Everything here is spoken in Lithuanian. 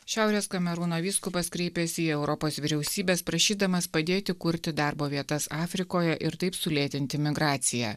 šiaurės kamerūno vyskupas kreipėsi į europos vyriausybes prašydamas padėti kurti darbo vietas afrikoje ir taip sulėtinti migraciją